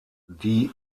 die